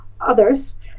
others